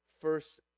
first